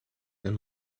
den